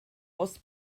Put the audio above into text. aus